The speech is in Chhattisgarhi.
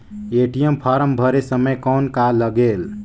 ए.टी.एम फारम भरे समय कौन का लगेल?